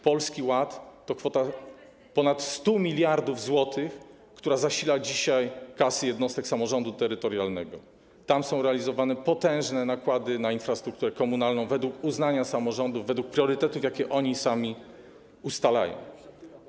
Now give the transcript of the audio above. Polski Ład to kwota ponad 100 mld zł, która zasila dzisiaj kasy jednostek samorządu terytorialnego - tam są przeznaczane potężne nakłady na infrastrukturę komunalną według uznania samorządów, według priorytetów, jakie one same ustalają.